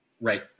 right